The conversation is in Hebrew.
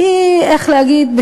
איך להגיד,